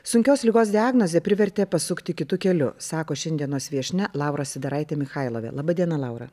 sunkios ligos diagnozė privertė pasukti kitu keliu sako šiandienos viešnia laura sidaraitė michailovė laba diena laura